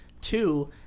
Two